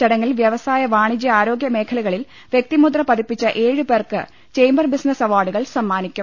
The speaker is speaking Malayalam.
ചട ങ്ങിൽ വൃവസായ വാണിജ്യ ആരോഗ്യ മേഖലകളിൽ വ്യക്തിമുദ്ര പതിപ്പിച്ച ഏഴ് പേർക്ക് ചേംബർ ബിസി നസ്സ് അവാർഡുകൾ സമ്മാനിക്കും